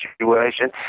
situation